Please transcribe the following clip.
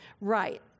right